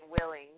willing